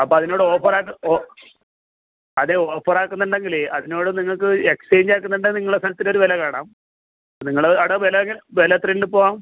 അപ്പം അതിനോട് ഓഫറായിട്ട് അത് ഓഫർ ആക്കുന്നുണ്ടെങ്കിലേ അതിനോട് നിങ്ങൾക്ക് എക്സ്ചേഞ്ച് ആക്കുന്നുണ്ടെങ്കിൽ നിങ്ങളെ സ്ഥലത്തിനൊരു വില കാണാം നിങ്ങൾ അവിടെ വില എങ്ങനെ വില എത്രയുണ്ടിപ്പോൾ